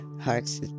hearts